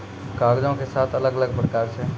कागजो के सात अलग अलग प्रकार छै